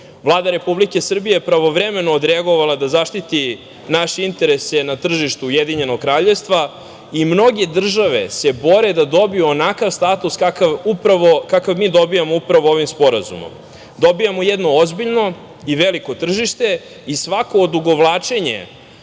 drugo. Vlada Republike Srbije je pravovremeno odreagovala da zaštiti naše interese na tržištu Ujedinjenog Kraljevstva i mnoge države se bore da dobiju onakav status kakav mi dobijamo upravo ovim sporazumom. Dobijamo jedno ozbiljno i veliko tržište i svako odugovlačenje